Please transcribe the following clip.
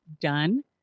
done